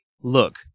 look